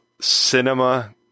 cinema